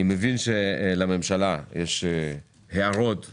אני מבין שלממשלה יש הערות והארות,